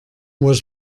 was